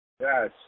Yes